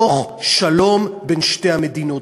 תוך שלום בין שתי המדינות.